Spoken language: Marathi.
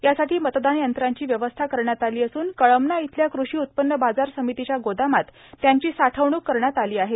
यासाठी मतदान यंत्रांची व्यवस्था करण्यात आली असून कळमना इथल्या कृषी उत्पन्न बाजार समितीच्या गोदामात त्यांची साठवणूक करण्यात आली आहे